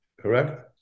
correct